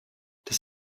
das